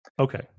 Okay